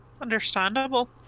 Understandable